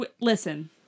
listen